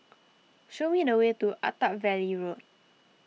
show me the way to Attap Valley Road